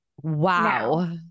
wow